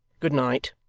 good night